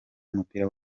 w’umupira